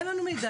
אין לנו מידע,